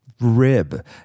Rib